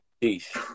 Peace